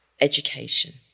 education